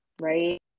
right